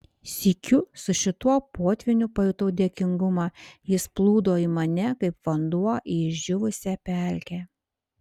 sykiu su šituo potvyniu pajutau dėkingumą jis plūdo į mane kaip vanduo į išdžiūvusią pelkę